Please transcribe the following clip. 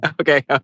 okay